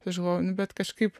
aš galvoju nu bet kažkaip